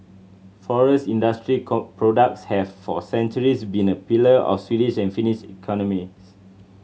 forest industry products have for centuries been a pillar of the Swedish and Finnish economies